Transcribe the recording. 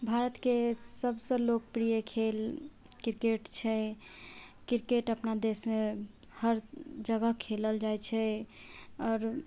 भारतके सबसे लोकप्रिय खेल क्रिकेट छै क्रिकेट अपन देशमे हर जगह खेलल जाइत छै आओर